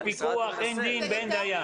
אין פיקוח, אין דין ואין דיין.